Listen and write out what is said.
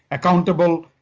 accountable,